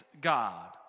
God